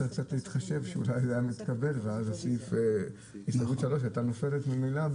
אולי הסתייגות 3 הייתה נופלת ממילא,